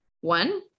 One